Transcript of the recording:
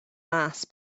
mass